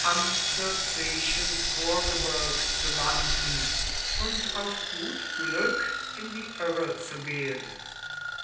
am circeischen vorgebirg zu landen und auf gut glück in die irre zu gehen